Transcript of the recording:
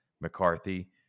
McCarthy